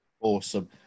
Awesome